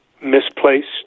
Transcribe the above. misplaced